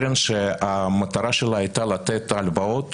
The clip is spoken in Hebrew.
שמטרתה לתת הלוואות